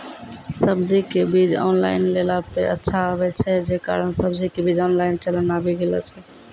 सब्जी के बीज ऑनलाइन लेला पे अच्छा आवे छै, जे कारण सब्जी के बीज ऑनलाइन चलन आवी गेलौ छै?